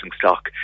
stock